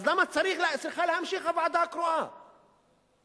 אז למה צריכה הוועדה הקרואה להמשיך לפעול?